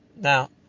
Now